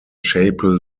chapel